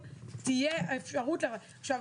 אגב, אנחנו